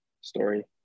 story